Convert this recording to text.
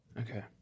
Okay